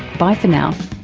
bye for now